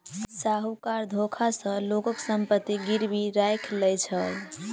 साहूकार धोखा सॅ लोकक संपत्ति गिरवी राइख लय छल